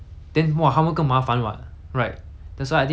essential work meaning like those err